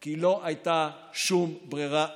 כי לא הייתה שום ברירה אחרת.